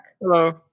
Hello